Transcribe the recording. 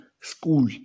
school